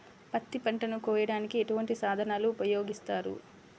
పత్తి పంటను కోయటానికి ఎటువంటి సాధనలు ఉపయోగిస్తారు?